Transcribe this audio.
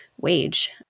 wage